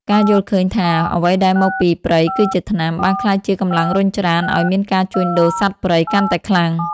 ការយល់ឃើញថា "អ្វីដែលមកពីព្រៃគឺជាថ្នាំ" បានក្លាយជាកម្លាំងរុញច្រានឱ្យមានការជួញដូរសត្វព្រៃកាន់តែខ្លាំង។